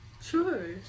Sure